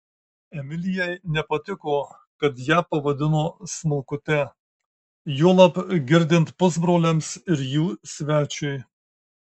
emilijai nepatiko kad ją pavadino smulkute juolab girdint pusbroliams ir jų svečiui